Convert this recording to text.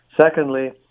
Secondly